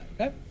okay